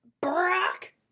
Brock